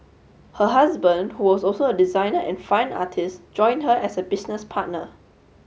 her husband who was also a designer and fine artist joined her as a business partner